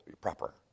proper